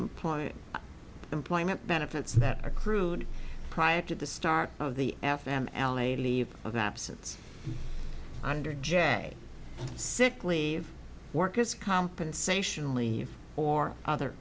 employee employment benefits that accrued prior to the start of the f m l a leave of absence under j sick leave workers compensation leave or other